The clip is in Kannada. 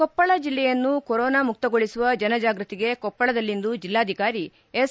ಕೊಪ್ಪಳ ಜಿಲ್ಲೆಯನ್ನು ಕೊರೊನಾ ಮುಕ್ತಗೊಳಿಸುವ ಜನಜಾಗೃತಿಗೆ ಕೊಪ್ಪಳದಲ್ಲಿಂದು ಜಿಲ್ಲಾಧಿಕಾರಿ ಎಸ್